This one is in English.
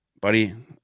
buddy